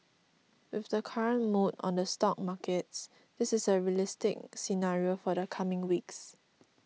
with the current mood on the stock markets this is a realistic scenario for the coming weeks